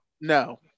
No